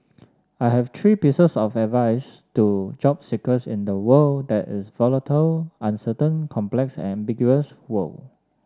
I have three pieces of advice to job seekers in the world that is volatile uncertain complex and ambiguous world